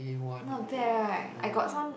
not bad right I got some